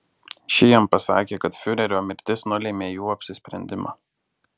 ši jam pasakė kad fiurerio mirtis nulėmė jų apsisprendimą